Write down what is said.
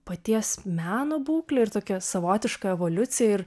paties meno būklę ir tokia savotiška evoliucija ir